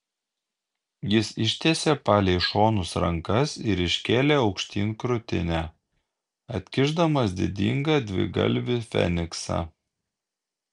jis ištiesė palei šonus rankas ir iškėlė aukštyn krūtinę atkišdamas didingą dvigalvį feniksą